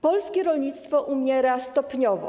Polskie rolnictwo umiera stopniowo.